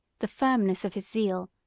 the firmness of his zeal,